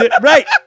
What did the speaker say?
right